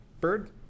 Bird